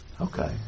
Okay